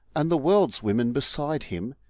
and the world's women beside him,